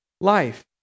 Life